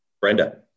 Brenda